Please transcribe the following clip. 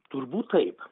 turbūt taip